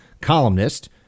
columnist